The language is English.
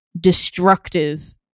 destructive